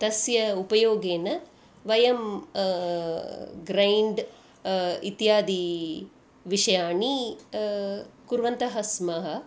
तस्य उपयोगेन वयं ग्रैण्ड् इत्यादि विषयाः कुर्वन्तः स्मः